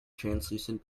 translucent